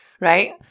right